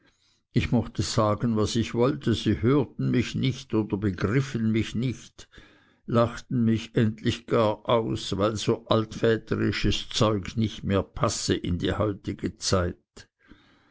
ich mochte sagen was ich wollte so hörten sie mich nicht oder begriffen mich nicht lachten mich endlich gar aus weil so altväterisches zeug nicht mehr passe in die heutige zeit